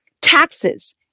taxes